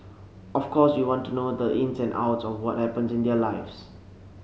of course you want to know the ins and outs of what happens in their lives